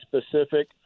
specific